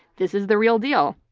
this is the real deal,